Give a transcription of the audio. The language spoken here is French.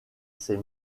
ces